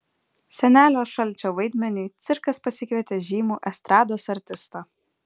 senelio šalčio vaidmeniui cirkas pasikvietė žymų estrados artistą